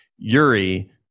yuri